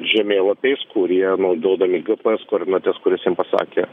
žemėlapiais kurie naudodami gps koordinates kurias jam pasakė